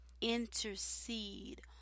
intercede